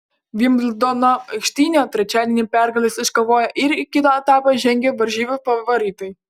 vimbldono aikštyne trečiadienį pergales iškovojo ir į kitą etapą žengė varžybų favoritai